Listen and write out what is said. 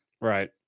Right